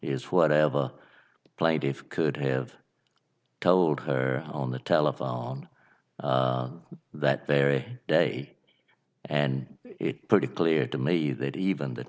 is whatever plaintiffs could have told her on the telephone on that very day and it's pretty clear to me that even the